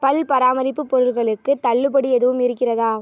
பல் பராமரிப்பு பொருள்களுக்கு தள்ளுபடி எதுவும் இருக்கிறதா